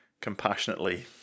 compassionately